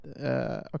Okay